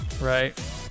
Right